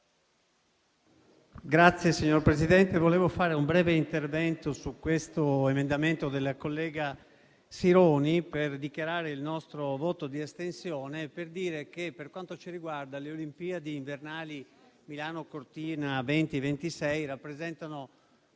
Signor Presidente, vorrei fare un breve intervento su questo emendamento della collega Sironi per dichiarare il nostro voto di astensione e per dire che, per quanto ci riguarda, le Olimpiadi invernali Milano Cortina 2026 rappresentano